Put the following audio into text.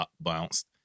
bounced